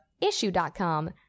Issue.com